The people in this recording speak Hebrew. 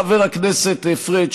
חבר הכנסת פריג',